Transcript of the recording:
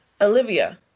Olivia